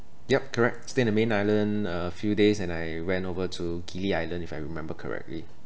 yup correct stay in the main island a few days and I went over to gili island if I remember correctly